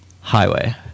Highway